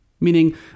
Meaning